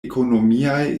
ekonomiaj